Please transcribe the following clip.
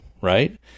right